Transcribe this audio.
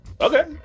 okay